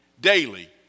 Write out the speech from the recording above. daily